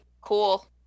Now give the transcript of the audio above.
cool